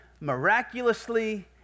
miraculously